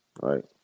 right